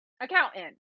accountant